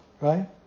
Right